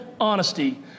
honesty